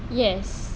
yes